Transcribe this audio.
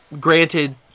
Granted